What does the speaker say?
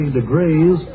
degrees